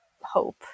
hope